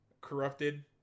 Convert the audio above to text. corrupted